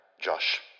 Josh